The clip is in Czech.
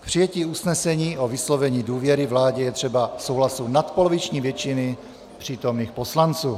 K přijetí usnesení o vyslovení důvěry vládě je třeba souhlasu nadpoloviční většiny přítomných poslanců.